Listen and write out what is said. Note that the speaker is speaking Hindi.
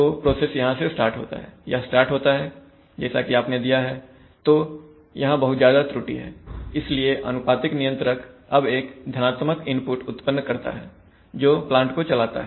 तो प्रोसेस यहां से स्टार्ट होता है यह स्टार्ट होता है जैसा कि आपने दिया है तो यहां बहुत ज्यादा त्रुटि है इसलिए अनुपातिक नियंत्रक अब एक धनात्मक इनपुट उत्पन्न करता है जो प्लांट को चलाता है